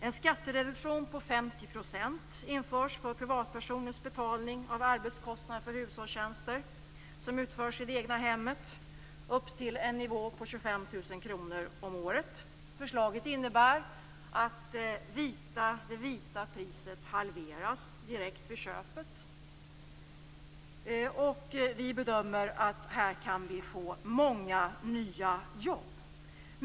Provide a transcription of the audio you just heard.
En skattereduktion på 50 % införs för privatpersoners betalning av arbetskostnad för hushållstjänster som utförs i det egna hemmet upp till en nivå på 25 000 kr om året. Förslaget innebär att det vita priset halveras direkt vid köpet. Vi bedömer att vi här kan få många nya jobb.